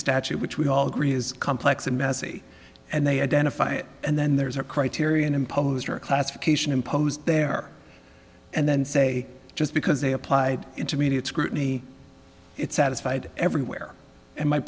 statute which we all agree is complex and messy and they identify it and then there's a criterion imposed or a classification imposed there and then say just because they applied it to media scrutiny it satisfied everywhere and my